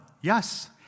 Yes